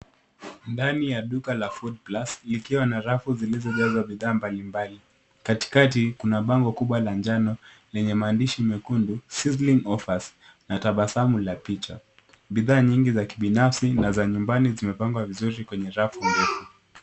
Ndani ya duka la Food Plus likwa na rafu zilizojaa bidhaa mbalimbali. Katikati, kuna bango kubwa la njano lenye maandishi mekundu sizzling offers na tabasamu la picha. Bidhaa nyingi za kibinafsi na za nyumbani zimepangwa vizuri kwenye rafu ndefu.